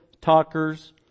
talkers